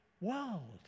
world